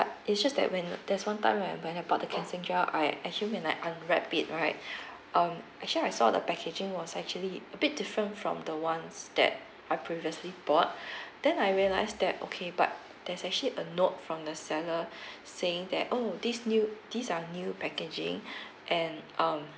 it's just that when there's one time when I buy I bought the cleansing gel I actually when I unwrap it right um actually I saw the packaging was actually a bit different from the ones that I previously bought then I realised that okay but there's actually a note from the seller saying that oh this new these are new packaging and um